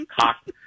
cock